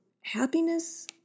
happiness